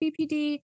BPD